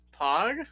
Pog